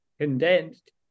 condensed